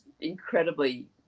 incredibly